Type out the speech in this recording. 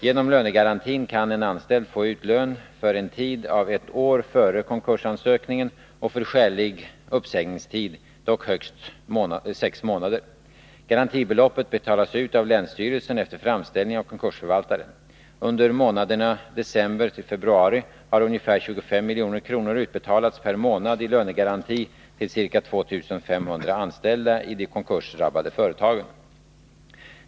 Genom lönegarantin kan en anställd få ut lön för en tid av ett år före konkursansökningen och för skälig uppsägningstid, dock högst sex månader. Garantibeloppet betalas ut av länsstyrelsen efter framställning av konkursförvaltaren. Under månaderna december-februari har ungefär 25 milj.kr. utbetalats per månad i lönegaranti till ca 2 500 anställda i de konkursdrabbade företagen.